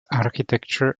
architecture